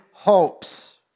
Hopes